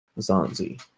Zanzi